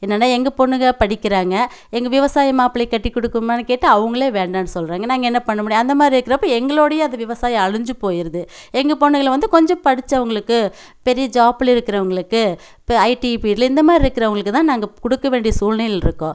என்னென்னா எங்கள் பொண்ணுங்க படிக்கிறாங்க எங்கள் விவசாய மாப்பிளைய கட்டி குடுக்கவானு கேட்டால் அவங்களே வேண்டாம்ன்னு சொல்கிறாங்க நாங்கள் என்ன பண்ண முடியும் அந்த மாதிரி இருக்கிறப்ப எங்களுடையே அந்த விவசாயம் அழிஞ்சு போய்ருது எங்கள் பொண்ணுங்களை வந்து கொஞ்சம் படித்தவங்களுக்கு பெரிய ஜாபில் இருக்கிறவங்களுக்கு இப்போ ஐடி ஃபீல்ட் இந்த மாதிரி இருக்கிறவங்களுக்கு தான் நாங்கள் கொடுக்க வேண்டிய சூழ்நிலைலருக்கோம்